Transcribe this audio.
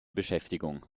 beschäftigung